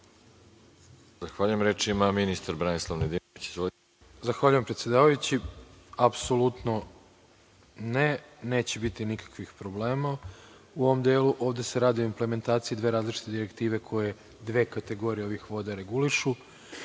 Arsić** Reč ima ministar. **Branislav Nedimović** Zahvaljujem se. Apsolutno ne, neće biti nikakvih problema u ovom delu. Ovde se radi o implementaciji dve različite direktive koje dve kategorije ovih voda regulišu.